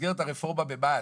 במסגרת הרפורמה במה"ט,